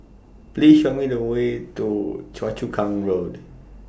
Please Show Me The Way to Choa Chu Kang Road